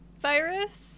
virus